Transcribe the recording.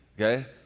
okay